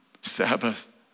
Sabbath